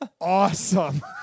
awesome